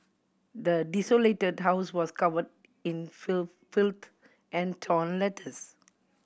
the desolated house was cover in filth and torn letters